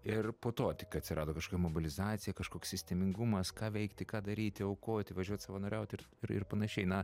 ir po to tik atsirado kažkokia mobilizacija kažkoks sistemingumas ką veikti ką daryti aukoti važiuot savanoriaut ir ir ir panašiai na